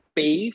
pay